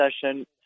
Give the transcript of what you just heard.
session